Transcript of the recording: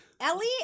Ellie